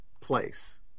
place